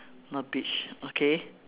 not beach okay